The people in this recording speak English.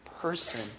person